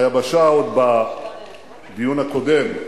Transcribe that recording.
עוד בדיון הקודם,